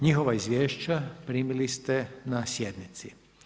Njihova izvješća primili ste na sjednici.